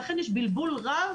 ולכן יש בלבול רב